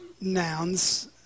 nouns